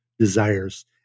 desires